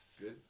good